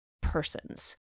persons